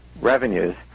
revenues